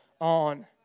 on